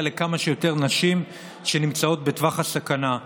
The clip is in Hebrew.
לכמה שיותר נשים שנמצאות בטווח הסכנה.